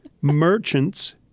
merchants